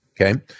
okay